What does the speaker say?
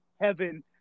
heaven